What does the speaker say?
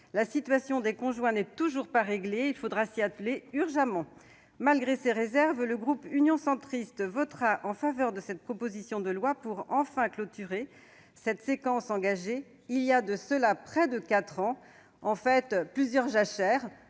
La situation des conjoints n'est toujours pas réglée ; il faudra s'y atteler urgemment. Malgré ces réserves, le groupe Union Centriste votera en faveur de cette proposition de loi pour enfin clore cette séquence engagée il y a près de quatre ans, c'est-à-dire le